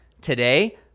Today